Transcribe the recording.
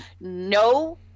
No